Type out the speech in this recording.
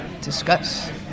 Discuss